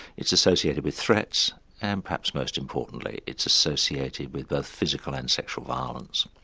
it's associated with threats and perhaps most importantly it's associated with both physical and sexual violence.